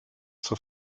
zur